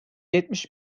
yetmiş